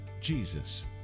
jesus